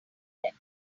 them